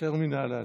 היישר מנהלל.